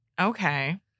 Okay